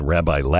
Rabbi